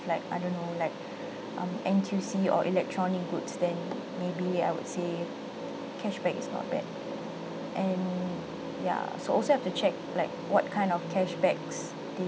like I don't know like um N_T_U_C or electronic goods then maybe I would say cashback is not bad and ya so also have to check like what kind of cash backs they